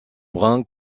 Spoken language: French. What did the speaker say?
brun